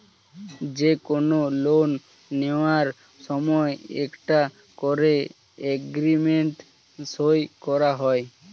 যে কোনো লোন নেয়ার সময় একটা করে এগ্রিমেন্ট সই করা হয়